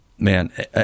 man